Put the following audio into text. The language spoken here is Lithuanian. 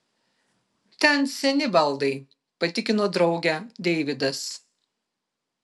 ten seni baldai patikino draugę deividas